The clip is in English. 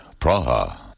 Praha